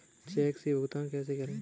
Check से भुगतान कैसे करें?